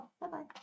Bye-bye